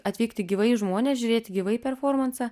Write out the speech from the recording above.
atvykti gyvai žmones žiūrėti gyvai performansą